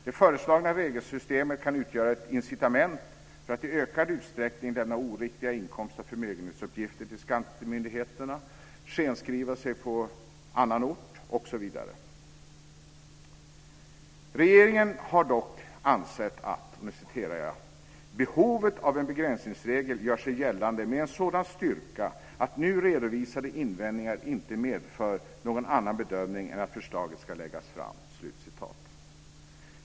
Det föreslagna regelsystemet kan utgöra ett incitament för att i ökad utsträckning lämna oriktiga inkomst och förmögenhetsuppgifter till skattemyndigheterna, skenskriva sig på annan ort osv. Regeringen har dock ansett att "behovet av en begränsningsregel gör sig gällande med en sådan styrka att nu redovisade invändningar inte medför någon annan bedömning än att förslaget skall läggas fram".